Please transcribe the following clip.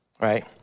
right